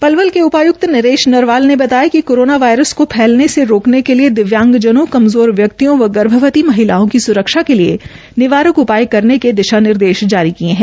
पलवल के उपाय्क्त नरेश नरवाल ने बताया कि कोरोना वायरस को फैलने से रोकने के लिए दिव्यांगजनों कमज़ोर व्यक्तियों व गर्भवती महिलाओं की सुरक्षा के लिए निवारक उपाय करने के दिशा निर्देश जारी किये है